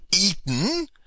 eaten